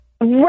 right